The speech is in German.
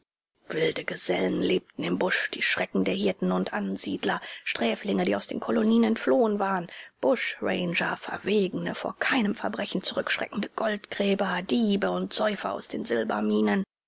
wilde gesellen lebten im busch die schrecken der hirten und ansiedler sträflinge die aus den kolonien entflohen waren buschranger verwegene vor keinem verbrechen zurückschreckende goldgräber diebe und säufer aus den